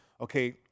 okay